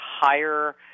higher